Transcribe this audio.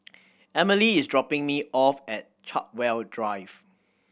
Emilie is dropping me off at Chartwell Drive